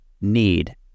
need